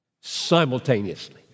simultaneously